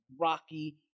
Rocky